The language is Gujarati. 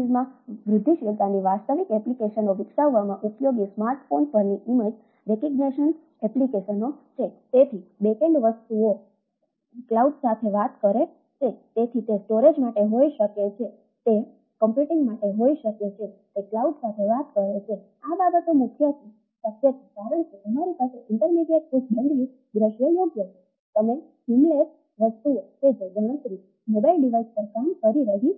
છે